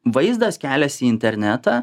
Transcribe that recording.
vaizdas keliasi į internetą